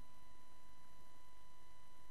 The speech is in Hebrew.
את מה שחשוב